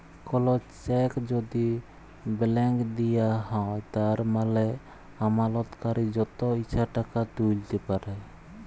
call cheque যদি blank দিঁয়া হ্যয় তার মালে আমালতকারি যত ইছা টাকা তুইলতে পারে